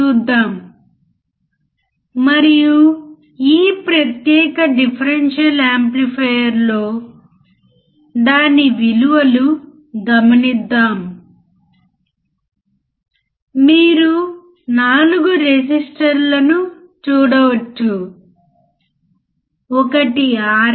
లేదా ఇది bias voltage కంటే కొంచెం తక్కువ ఉన్నప్పుడు అవుట్పుట్ క్లిప్ అవుతుంది అంటే 15 వోల్ట్లు ఇది 13